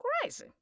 crazy